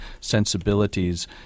sensibilities